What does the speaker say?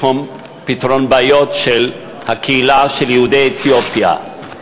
בתחום פתרון בעיות של הקהילה של יהודי אתיופיה.